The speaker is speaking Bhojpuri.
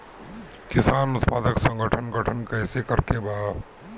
किसान उत्पादक संगठन गठन कैसे करके बा?